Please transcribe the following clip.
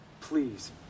please